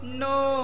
no